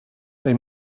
they